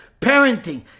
parenting